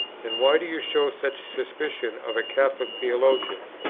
then why do you show such suspicion of a catholic theologian,